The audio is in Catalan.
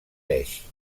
beix